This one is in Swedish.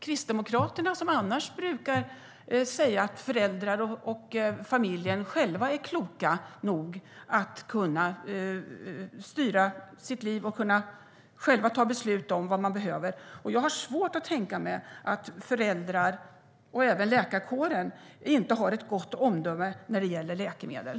Kristdemokraterna brukar annars säga att föräldrarna själva är kloka nog att kunna styra sitt liv och ta beslut om vad familjen behöver. Jag har svårt att tänka mig att föräldrar, och även läkarkåren, inte har ett gott omdöme när det gäller läkemedel.